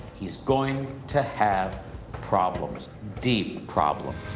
he's going to have problems, deep problems.